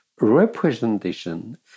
representation